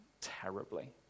terribly